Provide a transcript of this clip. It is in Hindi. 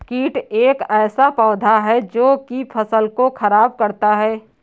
कीट एक ऐसा पौधा है जो की फसल को खराब करता है